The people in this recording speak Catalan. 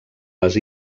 les